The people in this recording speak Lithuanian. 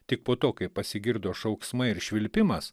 tik po to kai pasigirdo šauksmai ir švilpimas